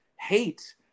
hate